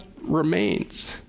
remains